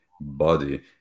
body